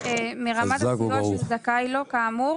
מרמת הסיוע שהוא זכאי לו כאמור,